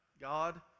God